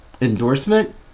endorsement